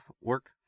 work